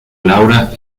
laura